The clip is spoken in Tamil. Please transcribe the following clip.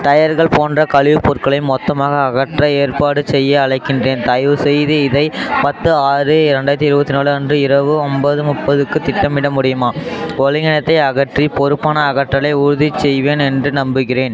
டயர்கள் போன்ற கழிவுப் பொருட்களை மொத்தமாக அகற்ற ஏற்பாடு செய்ய அழைக்கின்றேன் தயவுசெய்து இதை பத்து ஆறு ரெண்டாயிரத்தி இருபத்தி நாலு அன்று இரவு ஒன்போது முப்பதுக்கு திட்டமிட முடியுமா ஒழுங்கீனத்தை அகற்றி பொறுப்பான அகற்றலை உறுதி செய்வேன் என்று நம்புகிறேன்